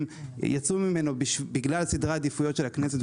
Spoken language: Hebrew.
יצאו ממנו בגלל סדרי עדיפויות של הכנסת.